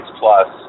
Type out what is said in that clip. plus